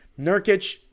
Nurkic